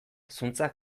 zuntzak